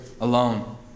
alone